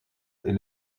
est